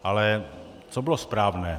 Ale co bylo správné?